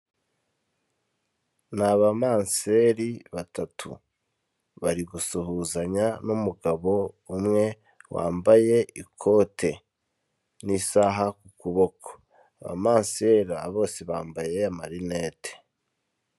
Ni abamanseri batatu bari gusuhuzanya n'umugabo umwe wambaye ikote n'isaha ku kuboko abamansera bose bambaye amarinete.